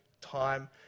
time